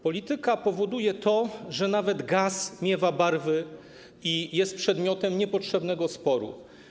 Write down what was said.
Polityka powoduje to, że nawet gaz miewa barwy i jest przedmiotem niepotrzebnego sporu.